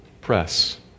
press